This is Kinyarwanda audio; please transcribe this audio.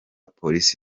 polisi